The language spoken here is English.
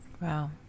Wow